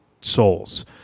souls